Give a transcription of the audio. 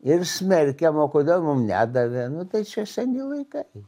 ir smerkiam o kodėl mum nedavė nu tai čia seni laikai